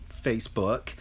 Facebook